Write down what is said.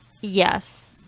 Yes